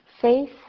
faith